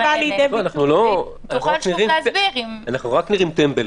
-- אנחנו רק נראים טמבלים.